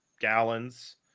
gallons